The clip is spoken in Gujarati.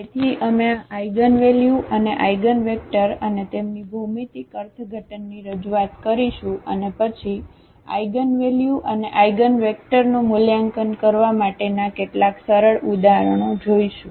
તેથી અમે આ આઇગનવેલ્યુ અને આઇગનવેક્ટર અને તેમની ભૌમિતિક અર્થઘટનની રજૂઆત કરીશું અને પછી આઇગનવેલ્યુ અને આઇગનવેક્ટરનું મૂલ્યાંકન કરવા માટેના કેટલાક સરળ ઉદાહરણો જોઈશું